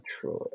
Troy